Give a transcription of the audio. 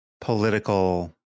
political